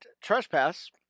trespass